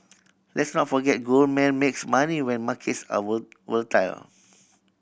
let's not forget Goldman makes money when markets are volatile